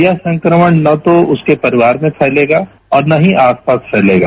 यह संक्रमण न तो उसके परिवार में फैलेगा और न ही आसपास फैलेगा